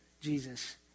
Jesus